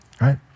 right